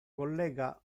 collega